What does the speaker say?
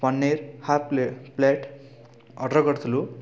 paneer half plate plate order କରିଥିଲୁ